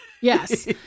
Yes